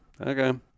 okay